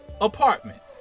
apartment